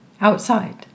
outside